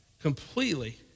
completely